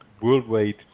worldwide